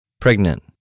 Pregnant